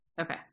Okay